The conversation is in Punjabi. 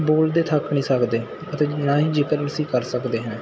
ਬੋਲਦੇ ਥੱਕ ਨਹੀਂ ਸਕਦੇ ਅਤੇ ਨਾ ਹੀ ਜਿਕਰ ਅਸੀਂ ਕਰ ਸਕਦੇ ਹਾਂ